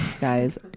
guys